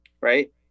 right